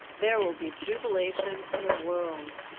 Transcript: there will be jubilation in a world!